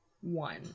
one